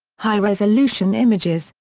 high-resolution images,